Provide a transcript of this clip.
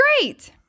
great